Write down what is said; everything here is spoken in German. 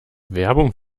werbung